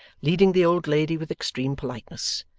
leading the old lady with extreme politeness,